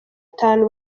itanu